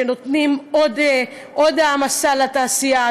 שמטילים עוד עומס על התעשייה,